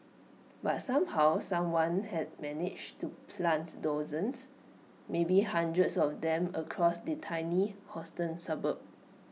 but somehow someone had managed to plant dozens maybe hundreds of them across the tiny Houston suburb